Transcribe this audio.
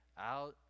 out